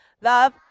love